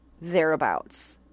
thereabouts